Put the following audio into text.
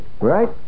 right